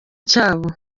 cyabo